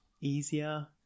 easier